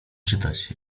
czytać